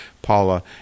Paula